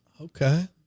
Okay